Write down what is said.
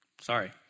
Sorry